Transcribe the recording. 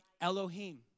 Elohim